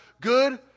good